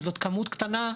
אם זאת כמות קטנה,